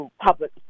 public